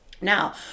Now